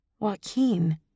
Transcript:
Joaquin